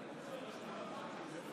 התקבלה.